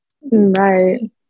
right